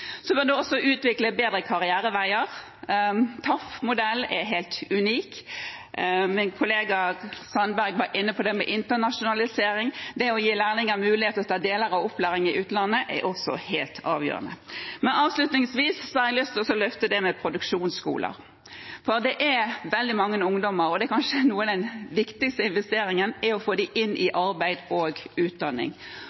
Så var det også dette å utvikle bedre karriereveier, der TAF-modellen er helt unik. Min kollega Sandberg var inne på internasjonalisering; det å gi lærlinger muligheter til å ta deler av opplæringen i utlandet er også helt avgjørende. Avslutningsvis har jeg lyst til å løfte fram produksjonsskoler. For det er veldig mange ungdommer – og den viktigste investeringen er kanskje å få dem inn i arbeid og utdanning. Produksjonsskolen på Hyssingen har vært vellykket, men også produksjonsskolen i